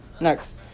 Next